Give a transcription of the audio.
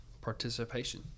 participation